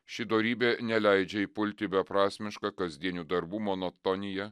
ši dorybė neleidžia įpulti į beprasmišką kasdienių darbų monotoniją